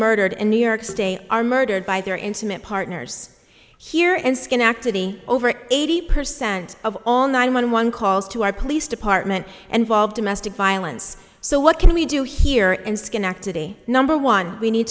murdered in new york state are murdered by their intimate partners here and schenectady over eighty percent of all nine one one calls to our police department and wild domestic violence so what can we do here in schenectady number one we need